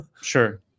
Sure